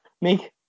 make